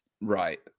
Right